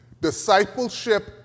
Discipleship